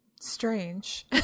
strange